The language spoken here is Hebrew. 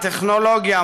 טכנולוגיה,